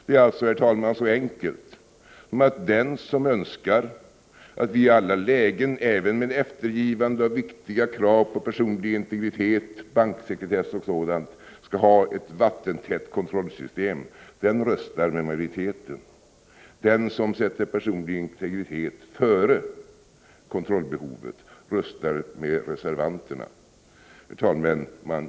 Det är alltså, herr talman, så enkelt som att den som önskar att vi i alla lägen — även med eftergivande av viktiga krav på personlig integritet, banksekretess och sådant — skall ha ett vattentätt kontrollsystem röstar med majoriteten. Den som sätter personlig integritet före kontrollbehovet röstar med reservanterna. Herr talman!